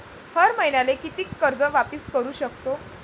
हर मईन्याले कितीक कर्ज वापिस करू सकतो?